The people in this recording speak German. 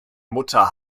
mutter